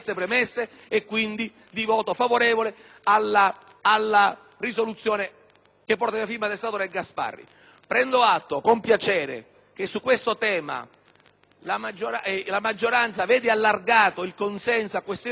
che porta la firma del senatore Gasparri. Prendo atto con piacere che su questo tema la maggioranza vede un consenso allargato alle questioni della riforma, con il contributo importante del Gruppo dell'UDC